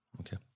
Okay